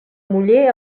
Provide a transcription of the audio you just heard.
muller